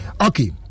Okay